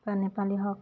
বা নেপালী হওক